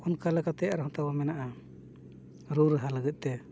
ᱚᱱᱠᱟ ᱞᱮᱠᱟᱛᱮ ᱟᱨᱦᱚᱸ ᱛᱟᱵᱚ ᱢᱮᱱᱟᱜᱼᱟ ᱨᱩ ᱨᱟᱦᱟ ᱞᱟᱹᱜᱤᱫ ᱛᱮ